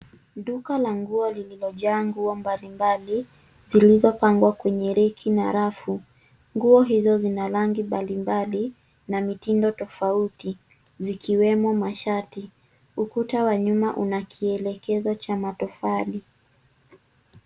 Duka la nguo lililojaa nguo mbali mbali, zilizopangwa kwenye reki na rafu. Nguo hizo zina rangi mbali mbali, na mitindo tofauti, zikiwemo mashati. Ukuta wa nyuma una kielekezo cha matofali.